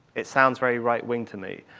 it sounds very right-wing to me.